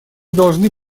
должны